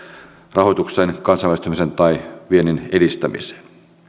rahoitukseen kansainvälistymiseen tai viennin edistämiseen